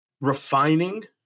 refining